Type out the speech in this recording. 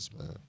man